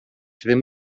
ddim